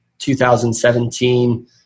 2017